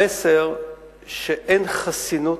המסר שאין חסינות,